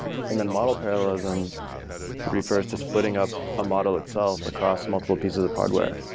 and then model parallelism refers to splitting up a model itself across multiple pieces of hardware,